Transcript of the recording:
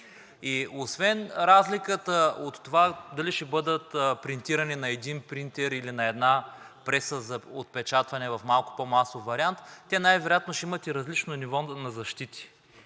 Освен разликата от това дали ще бъдат принтирани на един принтер, или на една преса за отпечатване в малко по-масов вариант, те най-вероятно ще имат и различно ниво на защити.